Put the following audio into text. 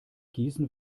gießen